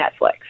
Netflix